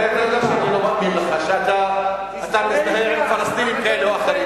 למה אתה לא מזדהה עם הנרצחים של "אל-פתח"?